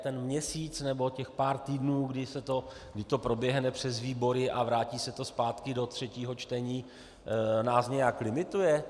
Ten měsíc nebo těch pár týdnů, kdy to proběhne přes výbory a vrátí se to zpátky do třetího čtení, nás nějak limituje?